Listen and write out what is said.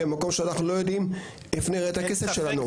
במקום שאנחנו לא יודעים איפה נראה את הכסף שלנו.